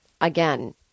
again